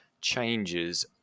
changes